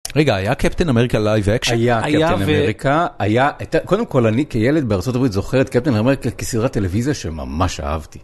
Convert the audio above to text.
רגע היה קפטן אמריקה לייב אקשן, קפטן אמריקה, קודם כל אני כילד בארה״ב זוכר את קפטן אמריקה כסדרה טלוויזיה שממש אהבתי.